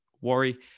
worry